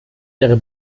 ihre